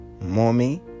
Mommy